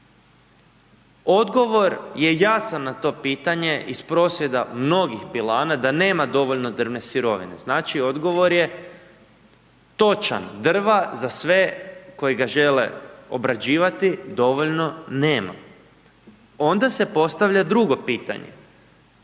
Odgovor je jasan na to pitanje iz prosvjeda mnogih pilana da nema dovoljno drvne sirovine. Znači, odgovor je točan. Drva za sve koji ga žele obrađivati dovoljno nema. Onda se postavlja drugo pitanje.